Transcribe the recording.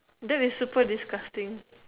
that would be super disgusting